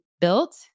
built